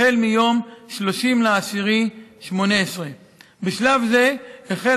החל מיום 30 באוקטובר 2018. בשלב זה החלה